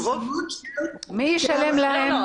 מי ישלם להן?